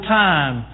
time